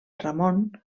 ramon